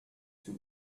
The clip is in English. too